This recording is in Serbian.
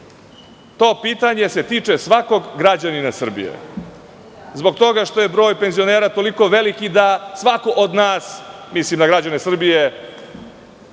pitanje se tiče svakog građanina ove Srbije, zbog toga što je broj penzionera tako veliki, i svako od nas, mislim na građane Srbije,